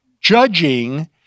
judging